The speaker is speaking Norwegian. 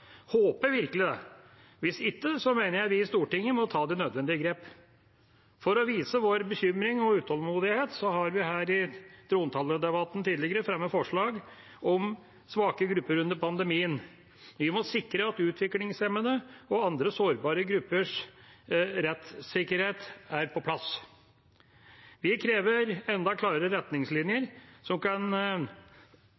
håper virkelig det. Hvis ikke mener jeg vi i Stortinget må ta nødvendige grep. For å vise vår bekymring og utålmodighet har vi her i trontaledebatten tidligere fremmet forslag om svake grupper under pandemien – vi må sikre at utviklingshemmede og andre sårbare gruppers rettssikkerhet er på plass. Vi krever enda klarere retningslinjer